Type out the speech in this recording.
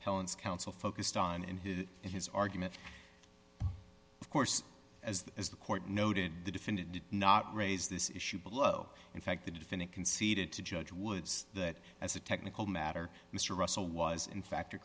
appellants counsel focused on in his in his argument of course as the as the court noted the defendant did not raise this issue below in fact the defendant conceded to judge woods that as a technical matter mr russell was in fact